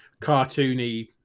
cartoony